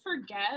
forget